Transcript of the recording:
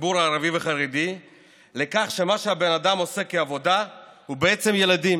בציבור הערבי והחרדי לכך שמה שהבן-אדם עושה כעבודה הוא בעצם ילדים.